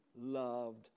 loved